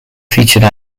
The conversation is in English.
featured